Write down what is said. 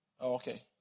Okay